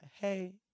Hey